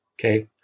Okay